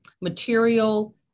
material